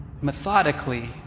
methodically